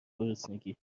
گرسنگی